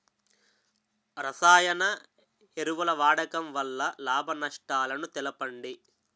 రసాయన ఎరువుల వాడకం వల్ల లాభ నష్టాలను తెలపండి?